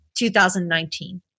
2019